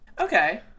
Okay